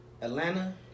Atlanta